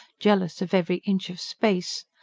jealous of every inch of space,